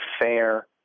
fair